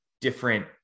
different